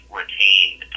retained